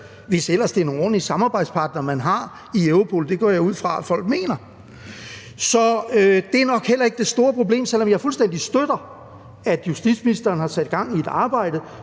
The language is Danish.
hvis ellers det er nogle ordentlige samarbejdspartnere, man har, i Europol. Det går jeg ud fra at folk mener. Så det er nok heller ikke det store problem, selv om jeg fuldstændig støtter, at justitsministeren har sat gang i et arbejde,